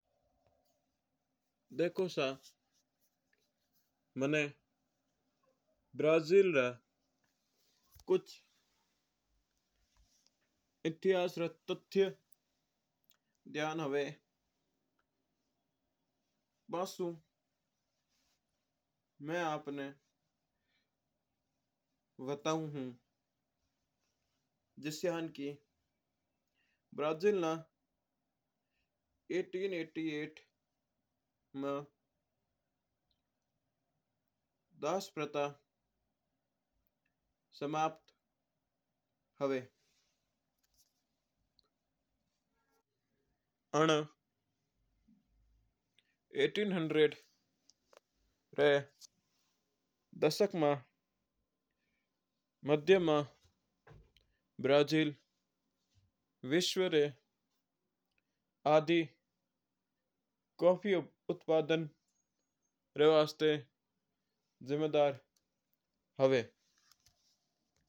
देखो सा हुकम मना ब्राजील का कुछ इतिहास का तथ्य ध्यान हुआ। बाशियों में आपणा बठाओ हूँ जिस्याण की ब्राजील में अठारह सौ अठासी में दश प्रथा समाप्त हुआ है। अन्न अठारह सौ री दशक में मध्य में ब्राजील विश्व रूपा आडू कॉफी उत्पादन देश बन्न जावा है।